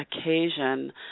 occasion